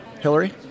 Hillary